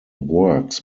works